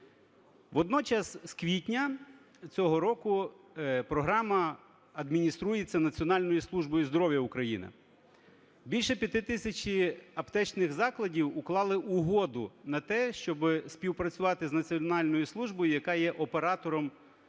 Водночас з квітня цього року програма адмініструється Національною службою здоров'я України. Більше 5 тисяч аптечних закладів уклали угоду на те, щоби співпрацювати з Національною службою, яка є оператором,